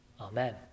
Amen